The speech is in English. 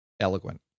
Eloquent